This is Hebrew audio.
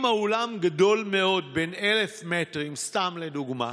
אם האולם גדול מאוד, 1,000 מטרים, סתם לדוגמה,